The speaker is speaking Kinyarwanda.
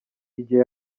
igihe